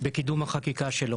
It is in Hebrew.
בקידום החקיקה שלו.